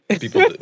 people